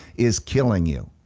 is killing you.